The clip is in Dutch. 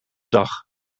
dag